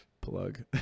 Plug